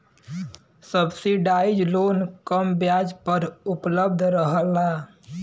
subsidise loan कम ब्याज पर उपलब्ध रहला